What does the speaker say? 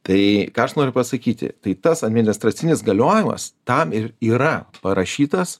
tai ką aš noriu pasakyti tai tas administracinis galiojimas tam ir yra parašytas